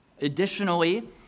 Additionally